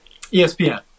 ESPN